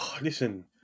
listen